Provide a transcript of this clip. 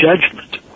judgment